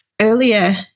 earlier